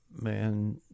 man